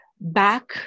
back